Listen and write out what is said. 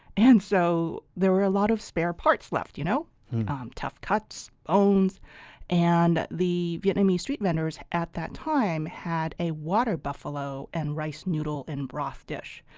and so there were a lot of spare parts left you know tough cuts and bones. and the vietnamese street vendors at that time had a water buffalo, and rice noodle, and broth dish.